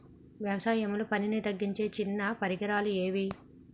వ్యవసాయంలో పనిని తగ్గించే చిన్న పరికరాలు ఏవి?